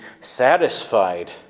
satisfied